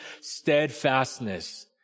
steadfastness